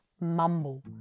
mumble